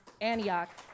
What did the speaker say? Antioch